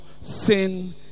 sin